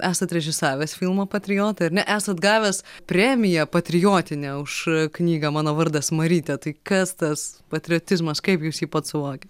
esat režisavęs filmą patriotai ar ne esat gavęs premiją patriotinę už knygą mano vardas marytė tai kas tas patriotizmas kaip jūs jį pats suvokia